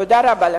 תודה רבה לך.